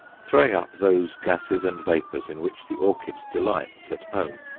throwing up those gases and vapours in which the orchid delights at home.